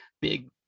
big